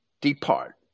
Depart